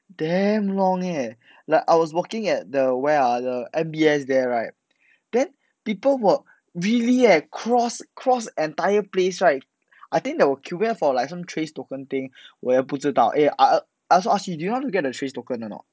damn long eh like I was walking at the where ah the M_B_S there right then people were really eh cross cross entire place right I think there were previous queue for like trace toke thing 我也不知道 eh I I I also ask you do you know want to get the trace token or not